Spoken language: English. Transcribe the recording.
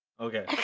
Okay